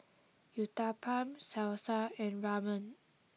Uthapam Salsa and Ramen